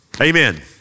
Amen